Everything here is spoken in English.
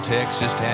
Texas